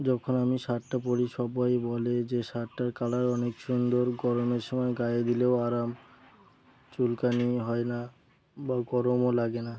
যখন আমি শার্টটা পরি সবাই বলে যে শার্টটার কালারও অনেক সুন্দর গরমের সময় গায়ে দিলেও আরাম চুলকানি হয় না বা গরমও লাগে না